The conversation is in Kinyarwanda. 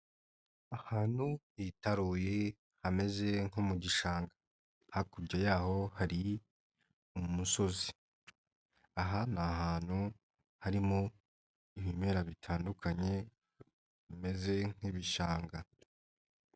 Ahantu hitaruye hameze nko mu gishanga, hakurya yaho hari umusozi. Aha ni ahantutu harimo ibimera bitandukanye bimeze nk'ibishanga.